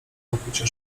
nakłucia